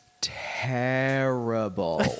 terrible